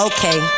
Okay